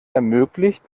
ermöglicht